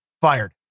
fired